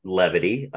levity